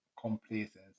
complacency